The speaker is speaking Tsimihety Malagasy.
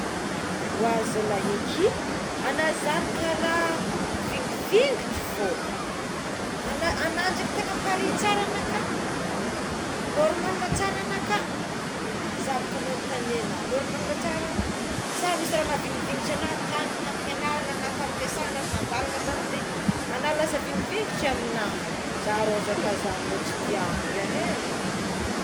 Oa zalahy eky agna zagny karaha vingivingitry fô ana ndreky tegna paré tsara ana ka normala tsara ana ka za boka manotagny agna normala tsara agna sa misy raha nahavinivinitra anao tany ampianarana na tampiasagna na tandalana tany de agna lasa vinivinitra amignahy any za ro aza atao zagny moa tsy tiako ngia e.